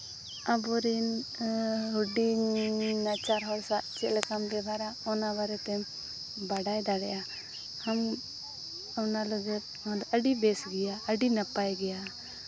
ᱟᱵᱚ ᱨᱮᱱ ᱦᱩᱰᱤᱧ ᱱᱟᱪᱟᱨ ᱦᱚᱲ ᱥᱟᱜ ᱪᱮᱫ ᱞᱮᱠᱟᱢ ᱵᱮᱵᱷᱟᱨᱟ ᱚᱱᱟ ᱵᱟᱨᱮᱛᱮᱢ ᱵᱟᱰᱟᱭ ᱫᱟᱲᱮᱭᱟᱜᱼᱟ ᱟᱢ ᱚᱱᱟ ᱞᱟᱹᱜᱤᱫ ᱟᱹᱰᱤ ᱵᱮᱥ ᱜᱮᱭᱟ ᱟᱹᱰᱤ ᱱᱟᱯᱟᱭ ᱜᱮᱭᱟ